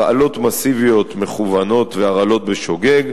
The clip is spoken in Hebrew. הרעלות מסיביות מכוונות והרעלות בשוגג,